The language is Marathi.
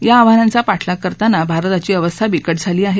या आव्हांनाचा पाठलाग करताना भारताची अवस्था बिकट झाली आह